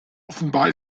offenbar